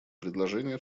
предложения